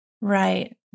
Right